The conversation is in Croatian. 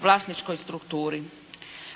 vlasničkoj strukturi.